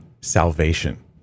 salvation